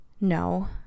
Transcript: No